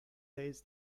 days